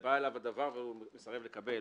בא אליו הדוור והוא מסרב לקבל,